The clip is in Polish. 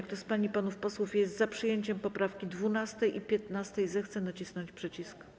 Kto z pań i panów posłów jest za przyjęciem poprawek 12. i 15., zechce nacisnąć przycisk.